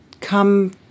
come